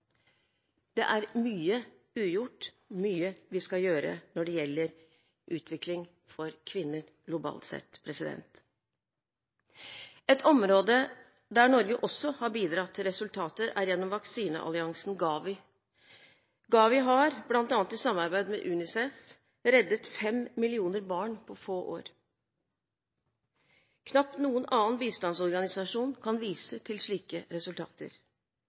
Det er mye ugjort – mye vi skal gjøre – når det gjelder utvikling for kvinner globalt sett. Et område der Norge også har bidratt til resultater, er gjennom vaksinealliansen GAVI. GAVI har i samarbeid med bl.a. UNICEF reddet fem millioner barn på få år. Knapt noen annen bistandsorganisasjon kan vise til slike resultater.